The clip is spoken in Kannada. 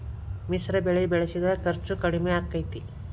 ಮಿಶ್ರ ಬೆಳಿ ಬೆಳಿಸಿದ್ರ ಖರ್ಚು ಕಡಮಿ ಆಕ್ಕೆತಿ?